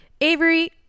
Avery